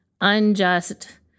unjust